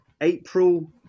April